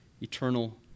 eternal